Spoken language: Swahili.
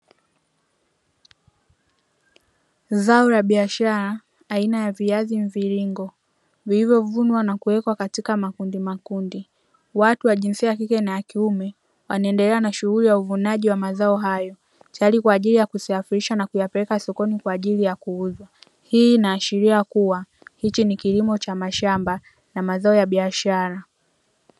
Zao la biashara aina ya viazi mviringo vilivyovunwa na kuwekwa katika makundi makundi. Watu wa jinsia ya kike na ya kiume wanaendelea na shughuli ya uvunaji wa mazao hayo tayari kwa ajili ya kuyasafirisha na kuyapeleka sokoni kwa ajili ya kuuzwa. Hii inaashiria kuwa hichi ni kilimo cha mashamba na mazao ya biashara.